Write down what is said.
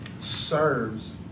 serves